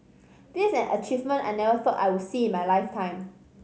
this is an achievement I never thought I would see in my lifetime